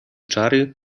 czary